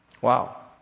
Wow